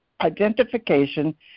identification